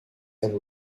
and